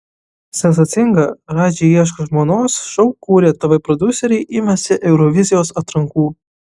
sensacingą radži ieško žmonos šou kūrę tv prodiuseriai imasi eurovizijos atrankų